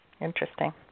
Interesting